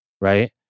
right